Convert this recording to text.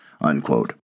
unquote